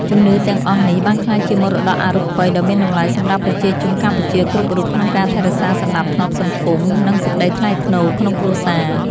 ជំនឿទាំងអស់នេះបានក្លាយជាមរតកអរូបីដ៏មានតម្លៃសម្រាប់ប្រជាជនកម្ពុជាគ្រប់រូបក្នុងការថែរក្សាសណ្តាប់ធ្នាប់សង្គម និង សេចក្តីថ្លៃថ្នូរក្នុងគ្រួសារ។